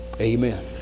amen